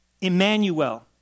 Emmanuel